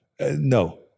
No